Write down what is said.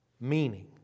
Meaning